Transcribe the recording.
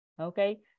Okay